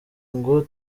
ngo